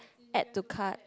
add to cart